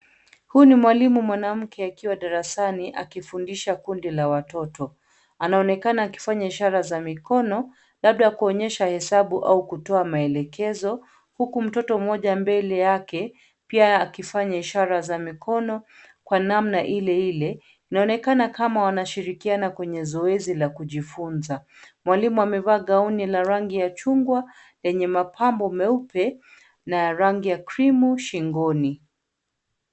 Huyu ni mwalimu mwanamke akiwa darasani akifundisha kundi la watoto. Anaonekana akifanya ishara za mikono labda kuonyesha hesabu au kutoa maelekezo huku mtoto mmoja mbele yake pia yeye akifanya ishara za mikono kwa namna Ile Ile. Inaonekana kama wanashirikiana kwenye zoezi la kujifunza. Mwalimu amevaa gauni la rangi ya chungwa lenye mapambo meupe na ya rangi ya cream shingoni.